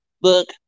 book